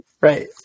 Right